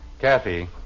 Kathy